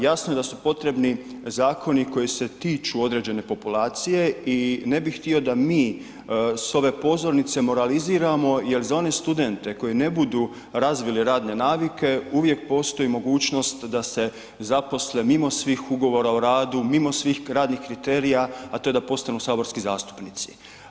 Jasno je da su potrebni zakoni koji se tiču određene populacije i ne bih htio da mi s ove pozornice moraliziramo jer za one studente koji ne budu razvili radne navike uvijek postoji mogućnost da se zaposle mimo svih Ugovora o radu, mimo svih radnih kriterija, a to je da postanu saborski zastupnici.